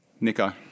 nico